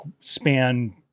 span